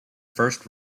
first